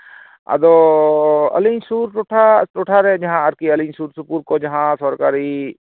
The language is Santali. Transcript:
ᱟᱫᱚ ᱟᱹᱞᱤᱧ ᱥᱩᱨ ᱴᱚᱴᱷᱟ ᱨᱮ ᱡᱟᱦᱟᱸ ᱟᱨᱠᱤ ᱟᱹᱞᱤᱧ ᱥᱩᱨ ᱥᱩᱯᱩᱨ ᱠᱚ ᱡᱟᱦᱟᱸ ᱥᱚᱨᱠᱟᱨᱤ